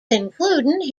including